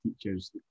teachers